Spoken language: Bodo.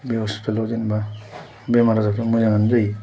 बे हस्पिटालाव जेनेबा बेमार आजारफोरा मोजाङानो जायो